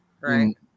right